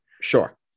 Sure